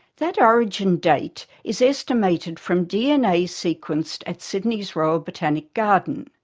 that origin date is estimated from dna sequenced at sydney's royal botanic garden.